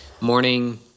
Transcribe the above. morning